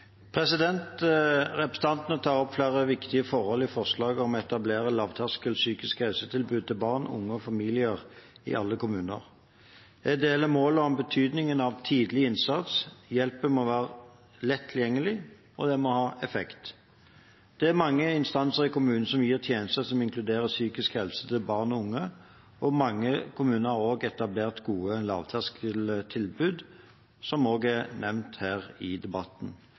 tar opp flere viktige forhold i forslaget om å etablere lavterskel psykisk helsetilbud til barn, unge og familier i alle kommuner. Jeg deler målet om betydningen av tidlig innsats. Hjelpen må være lett tilgjengelig, og den må ha effekt. Det er mange instanser i kommunene som gir tjenester som inkluderer psykisk helsetilbud til barn og unge. Mange kommuner har også etablert gode lavterskeltilbud, som også er nevnt i debatten